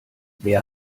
wer